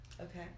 Okay